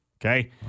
Okay